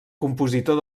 compositor